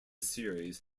series